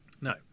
No